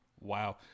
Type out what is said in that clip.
Wow